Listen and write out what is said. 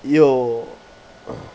yo uh